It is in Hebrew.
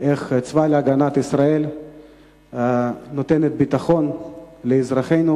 איך צבא-הגנה לישראל נותן ביטחון לאזרחינו,